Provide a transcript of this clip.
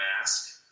Mask